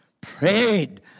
prayed